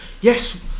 yes